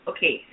Okay